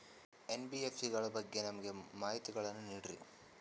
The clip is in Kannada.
ಎನ್.ಬಿ.ಎಫ್.ಸಿ ಗಳ ಬಗ್ಗೆ ನಮಗೆ ಮಾಹಿತಿಗಳನ್ನ ನೀಡ್ರಿ?